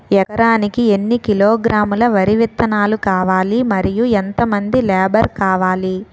ఎకరానికి ఎన్ని కిలోగ్రాములు వరి విత్తనాలు వేయాలి? మరియు ఎంత మంది లేబర్ కావాలి?